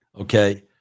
okay